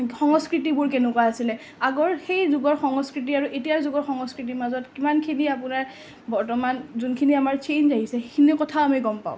সংস্কৃতিবোৰ কেনেকুৱা আছিলে আগৰ সেই যুগৰ সংস্কৃতি আৰু এই যুগৰ সংস্কৃতিৰ মাজত কিমানখিনি আপোনাৰ বৰ্তমান যোনখিনি আমাৰ ছেইঞ্জ আহিছে সেইখিনি কথাও আমি গম পাওঁ